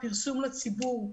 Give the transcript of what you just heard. הפרסום לציבור,